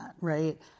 right